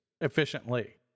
Efficiently